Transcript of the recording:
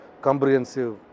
comprehensive